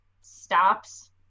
stops